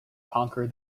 conquer